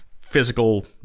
physical